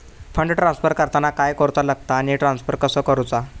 Fund transfer करताना काय करुचा लगता आनी ट्रान्स्फर कसो करूचो?